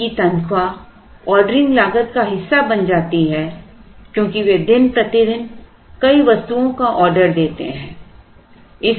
उनकी तनख्वाह ऑर्डरिंग लागत का हिस्सा बन जाती हैं क्योंकि वे दिन प्रतिदिन कई वस्तुओं का ऑर्डर देते हैं